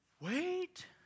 Wait